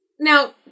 Now